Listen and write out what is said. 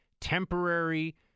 temporary